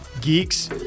Geeks